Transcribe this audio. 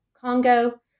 Congo